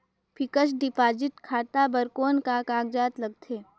Fixed deposit खाता बर कौन का कागजात लगथे?